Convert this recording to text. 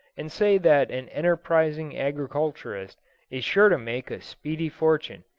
and say that an enterprising agriculturist is sure to make a speedy fortune.